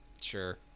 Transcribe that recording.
Sure